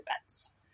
events